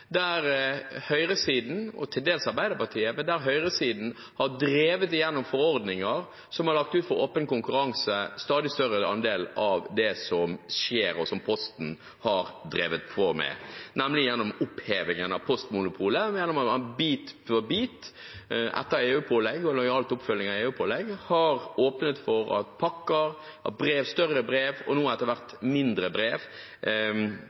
der høyresiden – og til dels Arbeiderpartiet – har drevet igjennom forordninger som har lagt ut for åpen konkurranse en stadig større andel av det som Posten har drevet med, gjennom opphevingen av postmonopolet. Bit for bit, etter EU-pålegg og lojal oppfølging av EU-pålegg, har man åpnet for at pakker, større brev og nå etter hvert mindre brev